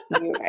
right